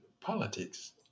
politics